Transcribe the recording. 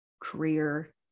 career